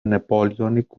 napoleonic